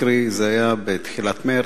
זה היה בתחילת מרס,